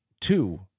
Two